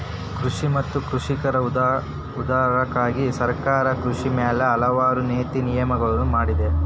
ಕೃಷಿ ಮತ್ತ ಕೃಷಿಕರ ಉದ್ಧಾರಕ್ಕಾಗಿ ಸರ್ಕಾರ ಕೃಷಿ ಮ್ಯಾಲ ಹಲವಾರು ನೇತಿ ನಿಯಮಗಳನ್ನಾ ಮಾಡಿದೆ